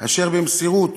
אשר במסירות,